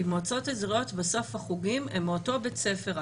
במועצות אזוריות בסוף החוגים הם מאותו בית ספר,